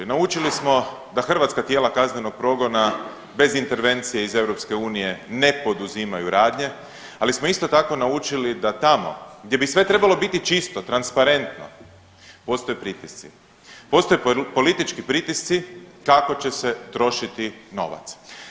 Naučili smo da hrvatska tijela kaznenog progona bez intervencije iz EU ne poduzimaju radnje, ali smo isto tako naučili da tamo gdje bi sve trebalo biti čisto, transparentno postoje pritisci, postoje politički pritisci kako će se trošiti novac.